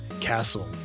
castle